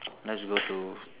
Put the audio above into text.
let's go to